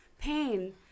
pain